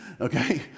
okay